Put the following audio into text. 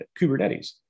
Kubernetes